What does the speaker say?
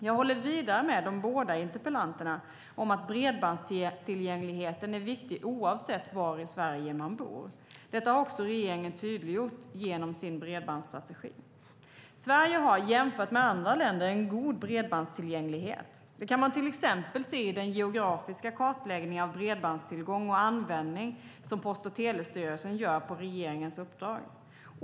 Jag håller med båda interpellanterna om att bredbandstillgängligheten är viktig oavsett var i Sverige man bor. Det har regeringen tydliggjort genom sin bredbandsstrategi. Sverige har jämfört med andra länder en god bredbandstillgänglighet. Det kan man se av den geografiska kartläggningen av bredbandstillgång och användning som Post och telestyrelsen gör på regeringens uppdrag.